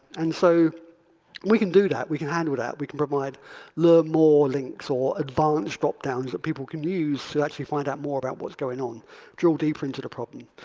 and so we can do that. we can handle that. we can provide learn more links or advance drop downs that people can use to actually find out more about what's going on drill deeper into the problem.